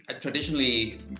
traditionally